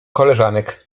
koleżanek